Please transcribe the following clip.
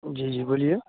जी जी बोलिए